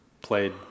played